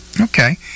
Okay